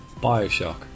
Bioshock